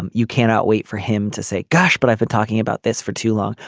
and you cannot wait for him to say gosh but i've been talking about this for too long.